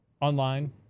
online